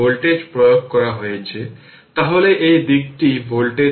সুতরাং এটি দেওয়া হলে এটি পরে চিত্রে আসবে